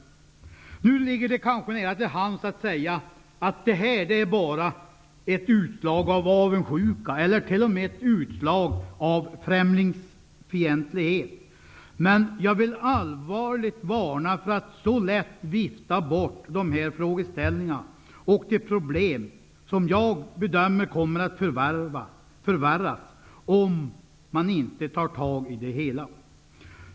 Det ligger kanske nära till hands att säga att detta bara är ett utslag av avundsjuka, eller kanske t.o.m. främlingsfientlighet, men jag vill allvarligt varna för att så lätt vifta bort dessa frågor och problem som jag bedömer kommer att förvärras om man inte tar itu med dem.